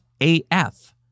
.af